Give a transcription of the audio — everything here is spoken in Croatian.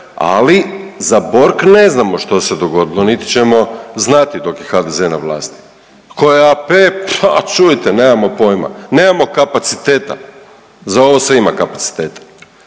ali Borg ne znamo što se dogodilo niti ćemo znati dok je HDZ na vlasti. Tko je AP, ha čujte, nemamo pojma, nemamo kapaciteta. Za ovo se ima kapaciteta.